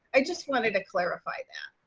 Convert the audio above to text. i just wanted to clarify that.